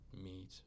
meet